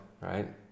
right